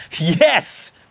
Yes